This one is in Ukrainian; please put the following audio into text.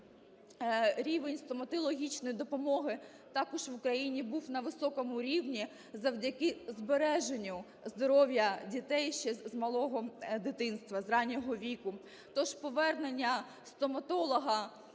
рівень стоматологічної допомоги також в Україні був на високому рівні завдяки збереженню здоров'я дітей ще з малого дитинства, за раннього віку.